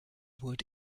wood